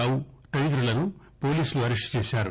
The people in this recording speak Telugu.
రావు తదితరులను పోలీసులు అరెస్టు చేశారు